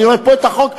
אני רואה פה את החוק.